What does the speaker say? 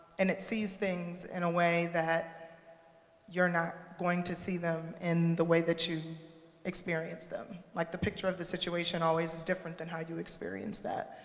and it sees things in a way that you're not going to see them in the way that you experience them. like the picture of the situation always is different than how you experience that.